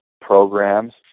programs